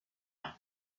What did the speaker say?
اتو